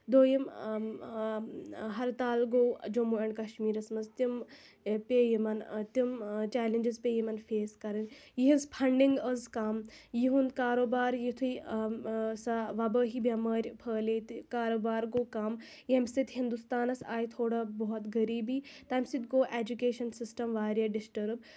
دوٚیِم ہرتال گوٚو جموں اینٛڈ کَشمیٖرَس منٛز تِم پےٚ یِمَن تِم چَلینجٕس پےٚ یِمَن فیس کَرٕنۍ یِہٕنٛز فَنٛڈِنٛگ ٲسۍ کَم یِہُنٛد کاروبار یِتھُے سۄ وبٲہی بٮ۪مٲرۍ پھہلیے تہٕ کاروبار گوٚو کَم ییٚمہِ سۭتۍ ہِنٛدوستانَس آیہِ تھوڑا بہت غریٖبی تَمہِ سۭتۍ گوٚو ایجوٗکیشَن سِسٹَم واریاہ ڈِسٹٲرٕب